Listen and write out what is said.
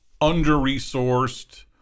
under-resourced